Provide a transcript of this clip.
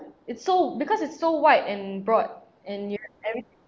it's so because it's so wide and broad and you I mean